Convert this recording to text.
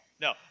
No